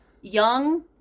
young